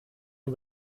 nur